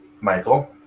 Michael